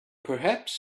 perhaps